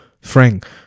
Frank